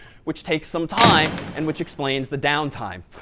which takes some time, and which explains the downtime.